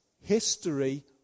history